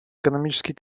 экономический